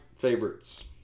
favorites